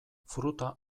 fruta